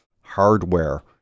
hardware